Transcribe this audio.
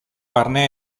barne